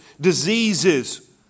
diseases